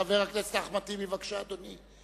חבר הכנסת אחמד טיבי, בבקשה, אדוני.